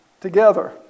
together